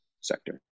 sector